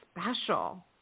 special